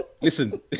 Listen